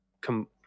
come